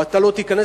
או אתה לא תיכנס.